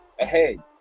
ahead